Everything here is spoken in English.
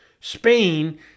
Spain